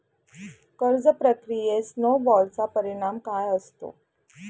कर्ज प्रक्रियेत स्नो बॉलचा परिणाम काय असतो?